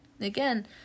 again